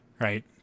right